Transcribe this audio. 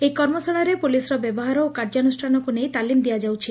ଏହି କର୍ମଶାଳାରେ ପୁଲିସର ବ୍ୟବହାର ଓ କାର୍ଯ୍ୟାନୁଷ୍ଠାନକୁ ନେଇ ତାଲିମ ଦିଆଯାଉଛି